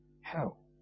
Hell